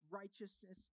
righteousness